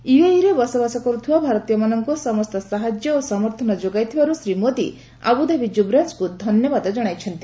ୟୁଏଇରେ ବସବାସ କରୁଥିବା ଭାରତୀୟମାନଙ୍କୁ ସମସ୍ତ ସାହାଯ୍ୟ ଓ ସମର୍ଥନ ଯୋଗାଇଥିବାରୁ ଶ୍ରୀ ମୋଦୀ ଆବୁଧାବୀ ଯୁବରାଜଙ୍କୁ ଧନ୍ୟବାଦ ଜଣାଇଛନ୍ତି